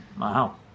Wow